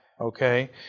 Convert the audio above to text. okay